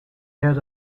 head